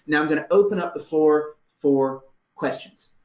yeah i'm going to open up the floor for questions.